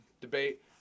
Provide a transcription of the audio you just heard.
Debate